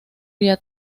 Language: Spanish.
via